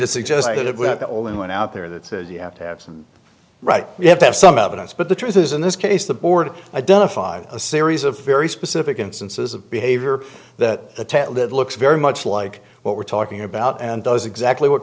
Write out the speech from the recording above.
had the only one out there that said you have to have some right we have to have some evidence but the truth is in this case the board identified a series of very specific instances of behavior that looks very much like what we're talking about and does exactly what